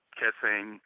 kissing